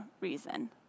reason